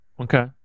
Okay